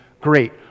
great